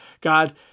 God